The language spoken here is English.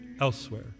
elsewhere